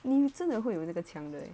你真的会有那个腔的 eh